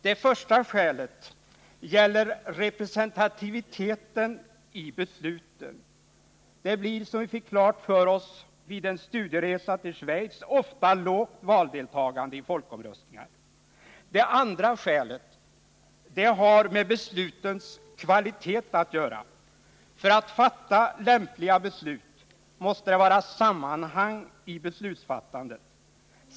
Det första skälet gäller representativiteten i besluten. Det blir, som vi fick klart för oss vid en studieresa till Schweiz, ofta ett lågt valdeltagande vid folkomröstningar. Det andra skälet har med beslutens kvalitet att göra. För att fatta lämpliga beslut måste det vara sammanhang i beslutsfattandet.